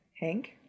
Hank